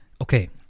Okay